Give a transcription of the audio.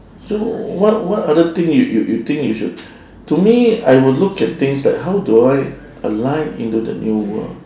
so what what other thing you you you think should to me I would look at things like how do I align into the new world